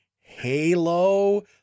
Halo